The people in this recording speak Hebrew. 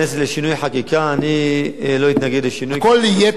הכול יהיה תלוי בהרכבים הקואליציוניים, אתה מבין?